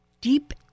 deep